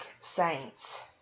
saints